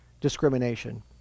discrimination